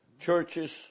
churches